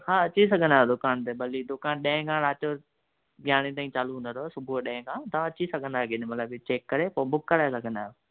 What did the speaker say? हा अची सघंदा आहियो दुकान ते भली दुकान ॾहें खां रात जो यारिहें ताईं चालू हूंदो अथव सुबुह ॾहें खां तव्हां अची सघंदा आहियो केॾी महिल बि चेक करे पोइ बुक कराए सघंदा आहियो